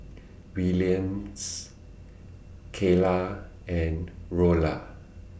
Williams Kaylah and Rolla